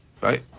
Right